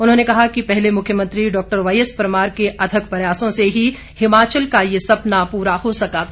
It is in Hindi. उन्होंने कहा कि पहले मुख्यमंत्री डॉक्टर वाईएस परमार के अथक प्रयासों से ही हिमाचल का ये सपना पूरा हो सका था